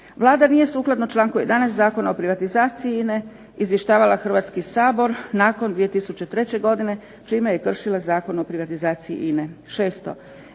Vlada nije sukladno članku 11. Zakona o privatizaciji INA-e izvještavala Hrvatski sabor nakon 2003. godine čime je kršila Zakon o privatizaciji INA-e.